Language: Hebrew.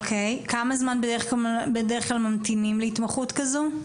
כמה זמן בדרך כלל ממתינים להתמחות כזו?